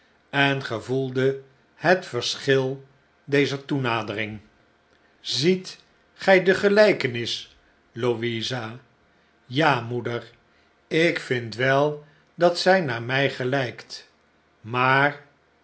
en gevoelde het verschil dezer toenadering slechte ttjden ziet gij de gelykenis louisa ja moeder ik vind wel dat zij naar mij gelijkt maar